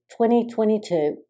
2022